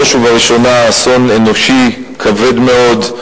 בראש ובראשונה, אסון אנושי כבד מאוד,